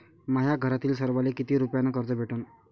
माह्या घरातील सर्वाले किती रुप्यान कर्ज भेटन?